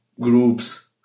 groups